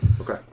Okay